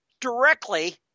directly